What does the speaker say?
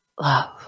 love